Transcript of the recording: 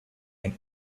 and